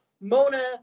Mona